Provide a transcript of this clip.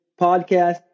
podcast